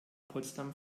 potsdam